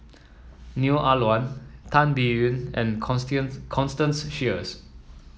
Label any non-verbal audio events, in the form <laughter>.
Neo Ah Luan Tan Biyun and <unintelligible> Constance Sheares